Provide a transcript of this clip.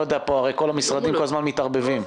הרי כל הזמן המשרדים מתערבבים פה.